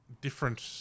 different